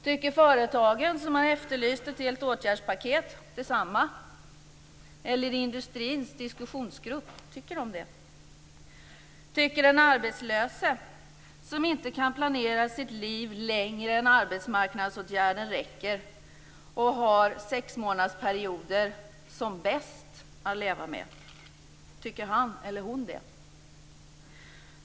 Tycker företagen eller industrins diskussionsgrupp, som har efterlyst ett helt åtgärdspaket, detsamma? Tycker den arbetslöse, som inte kan planera för sitt längre än arbetsmarknadsåtgärden räcker och har sexmånadersperioder som bäst att leva med, det?